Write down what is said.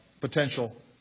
potential